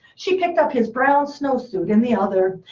she picked up his brown snowsuit in the other,